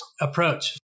approach